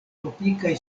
tropikaj